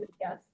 yes